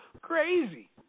crazy